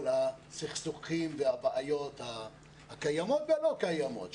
הסכסוכים והבעיות הקיימות והלא קיימות,